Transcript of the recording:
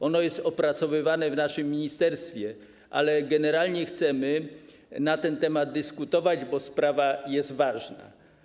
Ono jest opracowywane w naszym ministerstwie, ale generalnie chcemy na ten temat dyskutować, bo sprawa jest ważna.